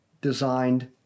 designed